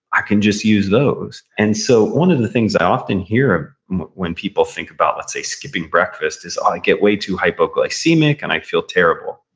i can just use those. and so one of the things i often hear when people think about let's say skipping breakfast is, oh, i get way to hypoglycemic and i feel terrible.